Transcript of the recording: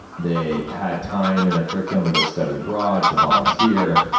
they had time in their curriculum to go study abroad, to volunteer.